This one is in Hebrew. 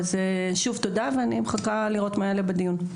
אז שוב תודה, ואני מחכה לראות מה יעלה בדיון.